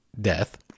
death